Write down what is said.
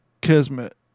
Kismet